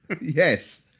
Yes